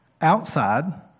outside